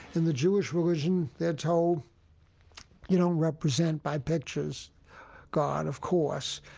in the jewish religion, they're told you don't represent by pictures god, of course.